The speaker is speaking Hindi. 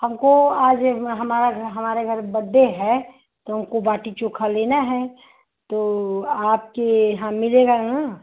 हमको आज एक हमारा हमारे घर बड्डे है तो हमको बाटी चोखा लेना है तो आपके यहाँ मिलेगा न